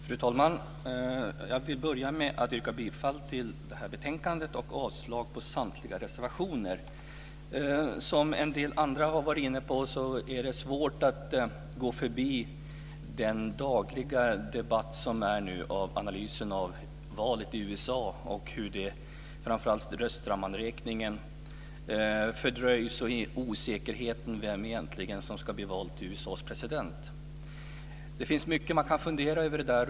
Fru talman! Jag vill börja med att yrka bifall till hemställan i detta betänkande och avslag på samtliga reservationer. Som en del andra har varit inne på är det svårt att gå förbi den dagliga debatt som nu förs om analysen av valet i USA och hur framför allt röstsammanräkningen fördröjs och om osäkerheten om vem som egentligen ska bli vald till USA:s president. Det finns mycket som man kan fundera över i fråga om detta.